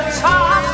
talk